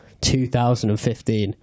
2015